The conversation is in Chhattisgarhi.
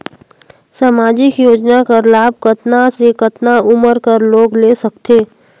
समाजिक योजना कर लाभ कतना से कतना उमर कर लोग ले सकथे?